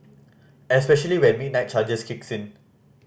especially when midnight charges kicks in